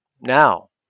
now